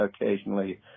occasionally